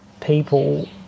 people